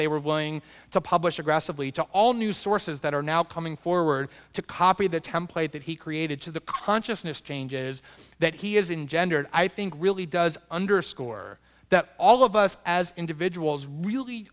they were willing to publish aggressively to all news sources that are now coming forward to copy the template that he created to the consciousness changes that he has engendered i think really does underscore that all of us as individuals really